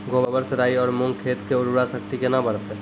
गोबर से राई आरु मूंग खेत के उर्वरा शक्ति केना बढते?